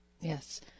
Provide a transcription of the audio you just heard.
Yes